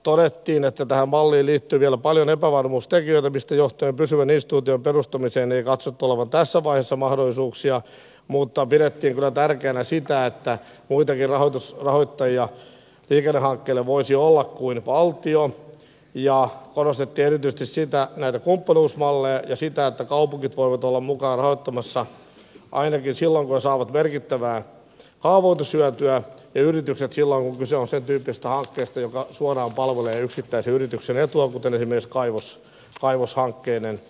todettiin että tähän malliin liittyy vielä paljon epävarmuustekijöitä mistä johtuen pysyvän instituution perustamiseen ei katsottu olevan tässä vaiheessa mahdollisuuksia mutta pidettiin kyllä tärkeänä sitä että muitakin rahoittajia liikennehankkeille voisi olla kuin valtio ja korostettiin erityisesti näitä kumppanuusmalleja ja sitä että kaupungit voivat olla mukana rahoittamassa ainakin silloin kun ne saavat merkittävää kaavoitushyötyä ja yritykset silloin kun kyse on sen tyyppisestä hankkeesta joka suoraan palvelee yksittäisen yrityksen etua kuten on esimerkiksi kaivoshankkeiden kohdalla